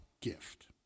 gift